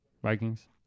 Vikings